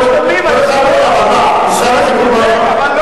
כל אחד רואה, היושב-ראש.